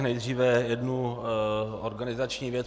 Nejdříve jednu organizační věc.